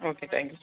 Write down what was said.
okay thank you sir